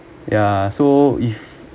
ya so if